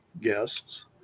guests